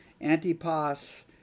Antipas